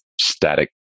static